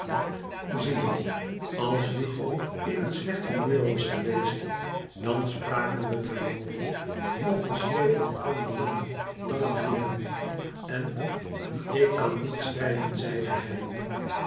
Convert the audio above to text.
zie je als hugo in een slecht humeur was geweest dan spraken we daar over of we schreven elkander lange lange brieven en ik kan niet schrijven zeide hij